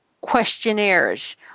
questionnaires